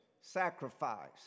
sacrifice